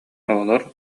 оҕолор